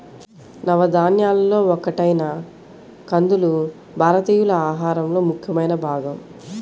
నవధాన్యాలలో ఒకటైన కందులు భారతీయుల ఆహారంలో ముఖ్యమైన భాగం